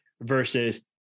versus